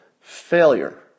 Failure